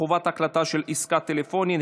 חובת הקלטה של עסקה טלפונית),